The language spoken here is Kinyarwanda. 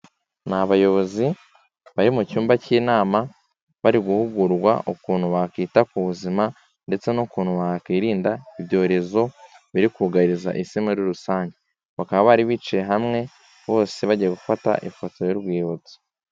Ni abayobozi, bari mu cyumba cy'inama, bari guhugurwa ukuntu bakwita ku buzima, ndetse n'ukuntu bakwirinda ibyorezo biri kugariza Isi muri rusange. Bakaba bari bicaye hamwe bose bagiye gufata ifoto y'urwibutso.